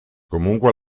comunque